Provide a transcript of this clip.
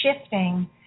shifting